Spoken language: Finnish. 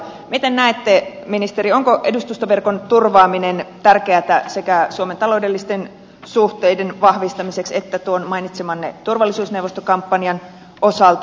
miten näette ministeri onko edustustoverkon turvaaminen tärkeätä sekä suomen taloudellisten suhteiden vahvistamiseksi että tuon mainitsemanne turvallisuusneuvostokampanjan osalta